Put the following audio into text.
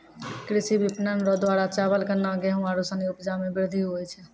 कृषि विपणन रो द्वारा चावल, गन्ना, गेहू आरू सनी उपजा मे वृद्धि हुवै छै